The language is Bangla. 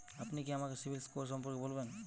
আপনি কি আমাকে সিবিল স্কোর সম্পর্কে বলবেন?